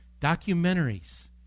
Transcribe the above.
Documentaries